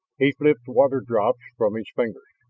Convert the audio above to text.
he flipped water drops from his fingers.